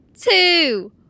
two